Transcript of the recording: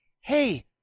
Hey